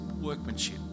workmanship